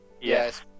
Yes